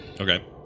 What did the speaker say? Okay